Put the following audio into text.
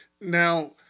Now